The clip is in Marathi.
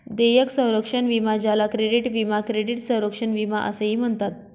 देयक संरक्षण विमा ज्याला क्रेडिट विमा क्रेडिट संरक्षण विमा असेही म्हणतात